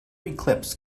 eclipse